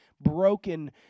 broken